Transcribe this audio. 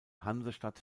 hansestadt